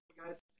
guys